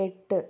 എട്ട്